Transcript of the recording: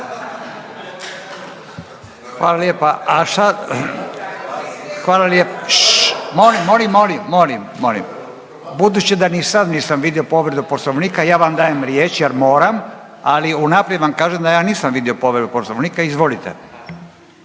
Furio (Nezavisni)** Hvala lijepa. Molim, molim, molim. Budući da ni sad nisam vidio povredu Poslovnika ja vam dajem riječ jer moram, ali unaprijed vam kažem da ja nisam vidio povredu Poslovnika. Izvolite.